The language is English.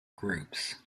groups